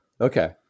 Okay